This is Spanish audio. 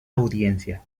audiencia